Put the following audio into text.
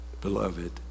beloved